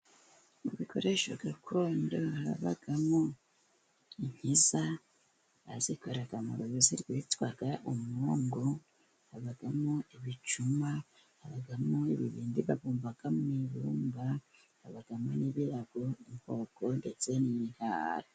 Ibikoresho gakondo habamo inkiza, bazikoraga mu ruyuzi rwitwaga umwungu, habamo ibicuma, habamo ibibindi babumba mu ibumba habamo n'ibirago, inkoko ndetse n'intara.